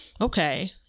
okay